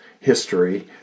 history